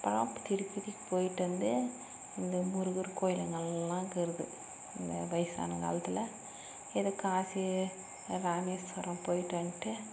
அப்புறம் திருப்பதி போய்ட்டுவந்து இந்த முருகர் கோயில் நல்லாயிருக்கிறது இந்த வயதான காலத்தில் எதுக்கு ஆசையே ராமேஸ்வரம் போய்ட்டு வந்துட்டு